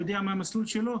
יודע מה המסלול שלו,